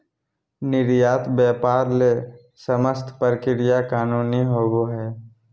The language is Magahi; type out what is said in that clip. निर्यात व्यापार ले समस्त प्रक्रिया कानूनी होबो हइ